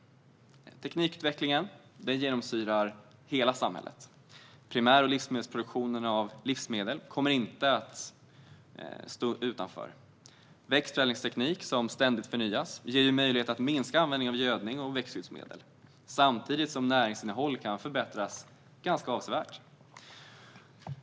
Teknikutvecklingen genomsyrar hela samhället, och primär och livsmedelsproduktionen kommer inte att stå utanför. Växtförädlingsteknik som ständigt förnyas ger möjlighet att minska användning av gödning och växtskyddsmedel, samtidigt som näringsinnehåll kan förbättras ganska avsevärt.